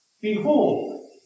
Behold